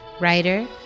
writer